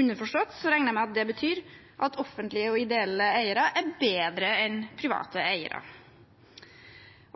underforstått – regner jeg med at det betyr – at offentlige og ideelle eiere er bedre enn private eiere.